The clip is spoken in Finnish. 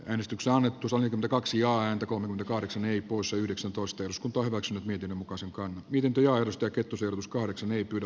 yhdistyksen hallitus oli kaksi ääntä kun kahdeksan ei usa yhdeksäntoista jos kuntoillakseen miten muka sanka on viety arvosta kettusen uskon sen ei pyydä